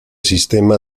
sistema